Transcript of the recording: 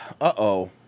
uh-oh